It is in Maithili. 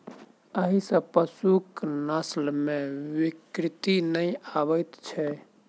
एहि सॅ पशुक नस्ल मे विकृति नै आबैत छै